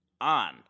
on